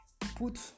put